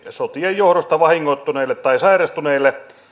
sotien johdosta vahingoittuneille tai sairastuneille